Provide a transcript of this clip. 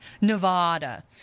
Nevada